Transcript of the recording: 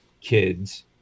kids